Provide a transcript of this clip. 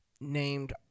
named